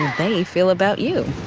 they feel about you?